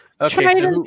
Okay